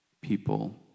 people